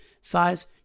size